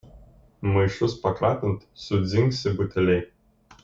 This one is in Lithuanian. maišus pakratant sudzingsi buteliai